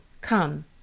come